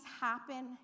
happen